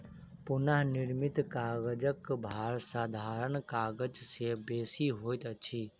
पुनःनिर्मित कागजक भार साधारण कागज से बेसी होइत अछि